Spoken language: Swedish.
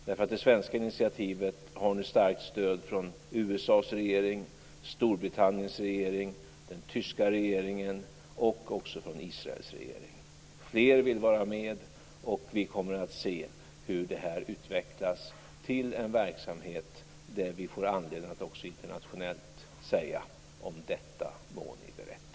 Det svenska initiativet har nu starkt stöd från USA:s regering, Storbritanniens regering, den tyska regeringen och också från Israels regering. Fler vill vara med. Vi kommer att se hur detta utvecklas till en verksamhet där vi får anledning att också internationellt säga: "Om detta må ni berätta".